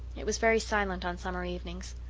it was very silent on summer evenings.